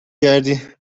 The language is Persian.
کردی